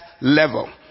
level